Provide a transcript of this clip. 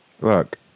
Look